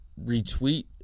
retweet